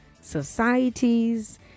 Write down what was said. societies